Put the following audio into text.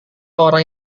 orang